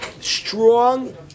Strong